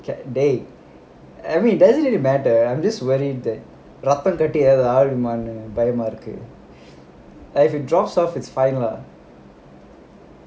dey I mean it doesn't really matter I'm just worried that ரத்தம் கட்டி ஏதும் ஆகிருமோனு பயமா இருக்கு:ratham kati yethum agirumonu bayamaa irukku if it drops off it's fine lah